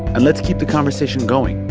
and let's keep the conversation going.